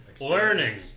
learning